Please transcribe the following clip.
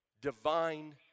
divine